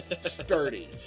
sturdy